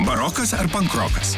barokas ar pankrokas